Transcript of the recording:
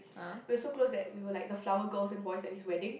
we were so close that we were like the flower girls and boys at his wedding